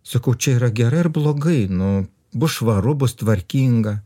sakau čia yra gerai ar blogai nu bus švaru bus tvarkinga